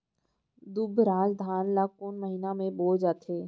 दुबराज धान ला कोन महीना में बोये जाथे?